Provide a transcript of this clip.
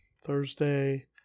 Thursday